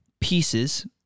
pieces